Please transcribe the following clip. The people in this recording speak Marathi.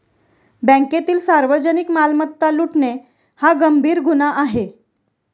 बँकेतील सार्वजनिक मालमत्ता लुटणे हा गंभीर गुन्हा आहे